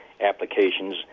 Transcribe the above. applications